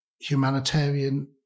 humanitarian